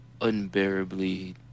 unbearably